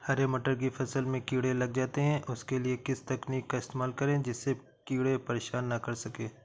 हरे मटर की फसल में कीड़े लग जाते हैं उसके लिए किस तकनीक का इस्तेमाल करें जिससे कीड़े परेशान ना कर सके?